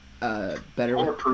Better